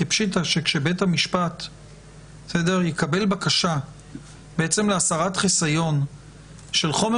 כפשיטא שכאשר בית המשפט יקבל בקשה להסרת חיסיון של חומר,